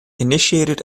initiated